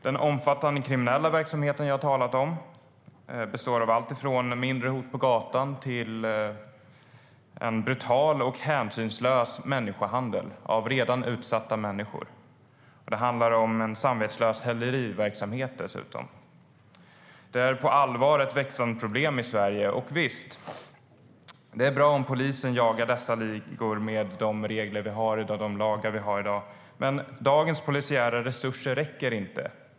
Den omfattande kriminella verksamhet som jag har talat om består av allt från mindre hot på gatan till en brutal och hänsynslös människohandel med redan utsatta människor. Det handlar dessutom om en samvetslös häleriverksamhet. Det är på allvar ett växande problem i Sverige. Visst är det bra om polisen jagar dessa ligor med de regler och lagar vi har i dag, men dagens polisiära resurser räcker inte.